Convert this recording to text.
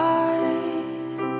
eyes